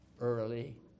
early